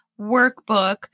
workbook